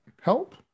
help